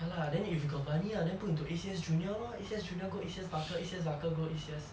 ya lah then if you got money ah then put into A_C_S junior lor A_C_S junior go A_C_S barker A_C_S barker go A_C_S